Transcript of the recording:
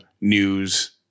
news